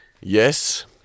Yes